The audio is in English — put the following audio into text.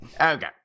okay